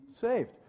saved